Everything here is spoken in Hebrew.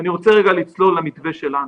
אני רוצה לצלול למתווה שלנו.